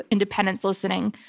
independents listening.